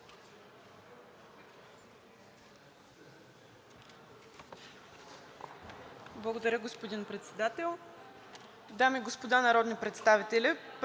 Благодаря, господин Председател. Дами и господа народни представители! През последните